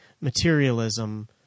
materialism